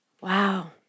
Wow